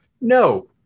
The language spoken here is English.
No